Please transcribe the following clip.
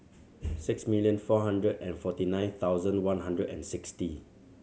six million four hundred and forty nine thousand one hundred and sixty